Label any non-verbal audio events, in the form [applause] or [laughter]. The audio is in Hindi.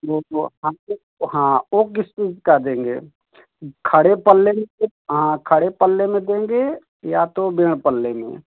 यह जो हमको हाँ वह किस चीज का देंगे खड़े पल्ले [unintelligible] हाँ खड़े पल्ले में देंगे या तो बिना पल्ले में